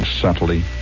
Subtly